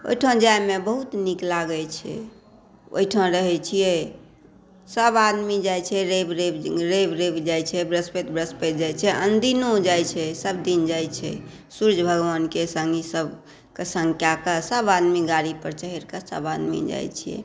ओहिठाम जाइमे बहुत नीक लागै छै ओहिठाम रहै छिए सबआदमी जाइ छै रवि रवि दिन रवि जाइ छै बृहस्पति बृहस्पति जाइ छै अनदिनो जाइ छै सबदिन जाइ छै सूर्य भगवानके सङ्गीसभके सङ्ग कऽ कऽ सबआदमी गाड़ीपर चढ़िके सबआदमी जाइ छिए